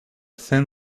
thin